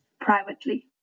privately